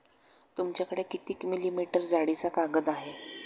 तुमच्याकडे किती मिलीमीटर जाडीचा कागद आहे?